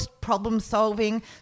problem-solving